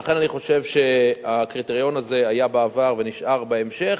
לכן אני חושב שהקריטריון הזה היה בעבר ויישאר בהמשך.